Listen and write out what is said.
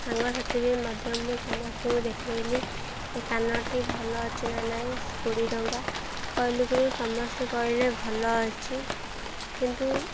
ସାଙ୍ଗସାଥି ବି ମଧ୍ୟ ମୁଁ ସମସ୍ତଙ୍କୁ ଦେଖେଇଲି ଏ କାନଟି ଭଲ ଅଛି ନା ନାଇଁ କୋଡ଼ିଏ ଟଙ୍କା କହିଲାକୁରୁ ସମସ୍ତେ କହିଲେ ଭଲ ଅଛି କିନ୍ତୁ